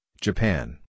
Japan